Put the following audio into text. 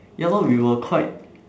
ya lor we were quite